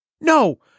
No